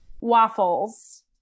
waffles